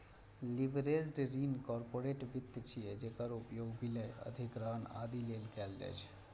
leveraged ऋण corporate वित्त छियै, जेकर उपयोग विलय, अधिग्रहण, आदि लेल कैल जाइ छै